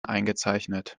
eingezeichnet